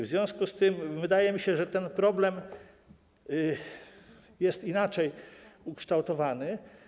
W związku z tym wydaje mi się, że ten problem jest inaczej ukształtowany.